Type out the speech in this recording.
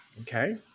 okay